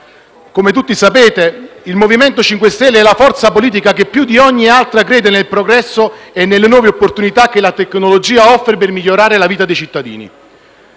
Come tutti sapete, il MoVimento 5 Stelle è la forza politica che più di ogni altra crede nel progresso e nelle nuove opportunità che la tecnologia offre per migliorare la vita dei cittadini.